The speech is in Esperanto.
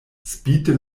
spite